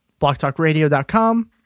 blocktalkradio.com